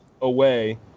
Away